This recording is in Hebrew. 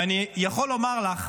ואני יכול לומר לך